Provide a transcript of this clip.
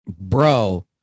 Bro